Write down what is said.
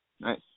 Nice